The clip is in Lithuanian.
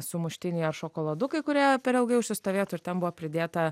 sumuštiniai ar šokoladukai kurie per ilgai užsistovėtų ir ten buvo pridėta